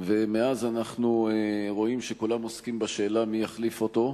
ומאז אנחנו רואים שכולם עוסקים בשאלה מי יחליף אותו.